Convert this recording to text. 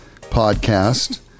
podcast